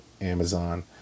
Amazon